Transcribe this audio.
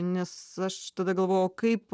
nes aš tada galvoju kaip